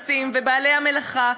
והמהנדסים ובעלי המלאכה,